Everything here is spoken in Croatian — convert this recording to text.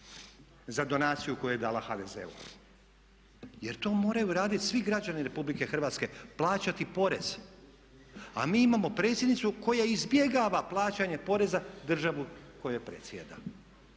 za donaciju koju je dala HDZ-u jer to moraju raditi svi građani Republike Hrvatske, plaćati porez, a mi imamo predsjednicu koja izbjegava plaćanje poreza državi kojoj predsjeda.